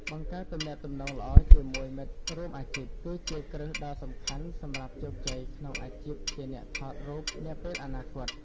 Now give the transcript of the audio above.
បង្កើតទំនាក់ទំនងល្អជាមួយមិត្តរួមអាជីពគឺជាគ្រឹះដ៏សំខាន់សម្រាប់ជោគជ័យក្នុងអាជីពជាអ្នកថតរូបនាពេលអនាគត។